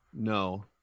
No